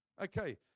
Okay